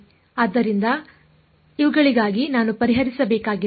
ಆದ್ದರಿಂದ ಇವುಗಳಿಗಾಗಿ ನಾನು ಪರಿಹರಿಸಬೇಕಾಗಿದೆ